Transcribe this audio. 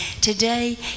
Today